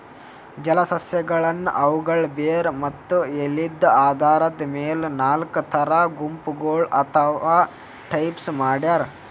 ಜಲಸಸ್ಯಗಳನ್ನ್ ಅವುಗಳ್ ಬೇರ್ ಮತ್ತ್ ಎಲಿದ್ ಆಧಾರದ್ ಮೆಲ್ ನಾಲ್ಕ್ ಥರಾ ಗುಂಪಗೋಳ್ ಅಥವಾ ಟೈಪ್ಸ್ ಮಾಡ್ಯಾರ